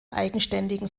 eigenständigen